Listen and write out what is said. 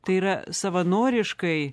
tai yra savanoriškai